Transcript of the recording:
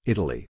Italy